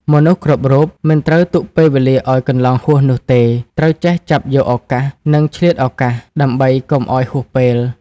មនុស្សគ្រប់រូបមិនត្រូវទុកពេលវេលាឲ្យកន្លងហួសនោះទេ ត្រូវចេះចាប់យកឱកាស និងឆ្លៀតឱកាស ដើម្បីកុំឲ្យហួសពេល។